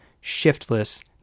shiftless